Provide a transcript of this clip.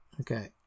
Okay